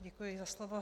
Děkuji za slovo.